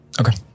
okay